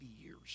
years